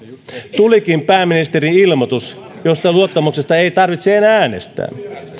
tulikin pääministerin ilmoitus jossa luottamuksesta ei tarvitse enää äänestää